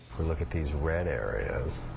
we look at these red areas,